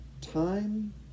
Time